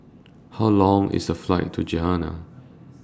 How Long IS The Flight to Ghana